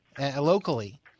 locally